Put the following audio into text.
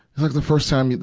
like the first time, yeah